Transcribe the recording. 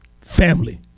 family